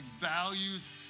values